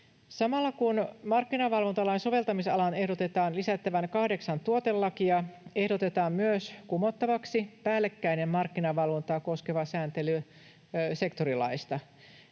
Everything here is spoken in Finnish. Samalla kun markkinavalvontalain soveltamisalaan ehdotetaan lisättävän kahdeksan tuotelakia, ehdotetaan myös kumottavaksi päällekkäinen markkinavalvontaa koskeva sääntely sektorilaeista.